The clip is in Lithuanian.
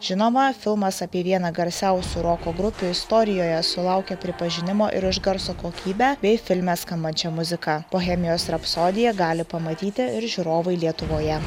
žinoma filmas apie vieną garsiausių roko grupių istorijoje sulaukė pripažinimo ir už garso kokybę bei filme skambančią muziką bohemijos rapsodija gali pamatyti ir žiūrovai lietuvoje